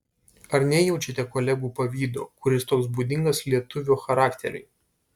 ar nejaučiate kolegų pavydo kuris toks būdingas lietuvio charakteriui